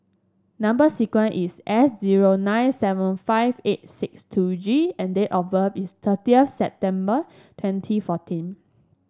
number sequence is S zero nine seven five eight sixt two G and date of birth is thirty September twenty fourteen